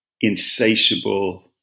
insatiable